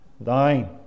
thine